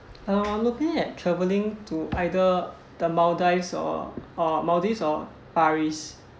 uh I'm looking at travelling to either the maldives or or maldives or paris